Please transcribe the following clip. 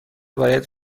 باید